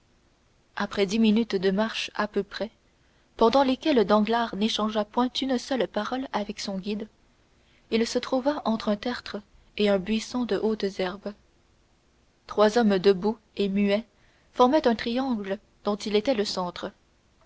après dix minutes de marche à peu près pendant lesquelles danglars n'échangea point une seule parole avec son guide il se trouva entre un tertre et un buisson de hautes herbes trois hommes debout et muets formaient un triangle dont il était le centre